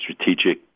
strategic